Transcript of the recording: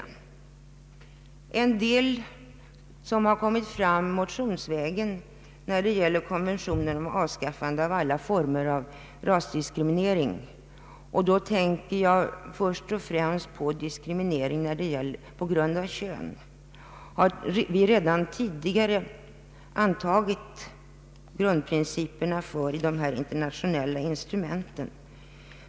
När det gäller en del av det som finns omnämnt i motionerna beträffande konventionen om avskaffande av alla former av rasdiskriminering — jag tänker då först och främst på diskriminering på grund av kön — har vi redan tidigare antagit grundprinciperna i dessa internationella instrument.